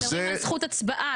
אנחנו מדברים על זכות הצבעה,